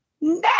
no